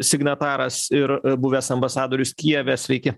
signataras ir buvęs ambasadorius kijeve sveiki